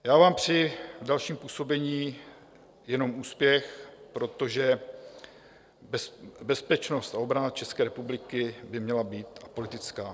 Já vám přeji v dalším působení jenom úspěch, protože bezpečnost a obrana České republiky by měla být apolitická.